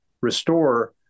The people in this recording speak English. restore